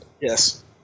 Yes